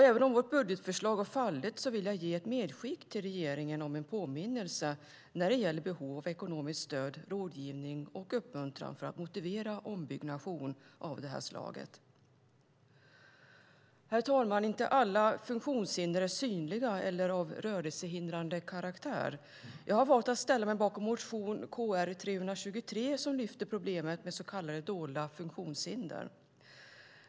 Även om vårt budgetförslag har fallit vill jag göra ett medskick till regeringen med en påminnelse när det gäller behov av ekonomsikt stöd, rådgivning och uppmuntran för att motivera ombyggnation av det här slaget. Herr talman! Inte alla funktionshinder är synliga eller av rörelsehindrande karaktär. Jag har valt att ställa mig bakom motion Kr323 som lyfter upp problemet med så kallade dolda funktionshinder.